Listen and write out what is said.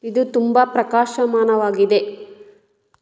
ಇದು ತುಂಬ ಪ್ರಕಾಶಮಾನವಾಗಿದೆ